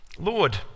Lord